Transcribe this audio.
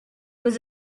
was